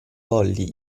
volli